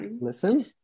Listen